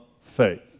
faith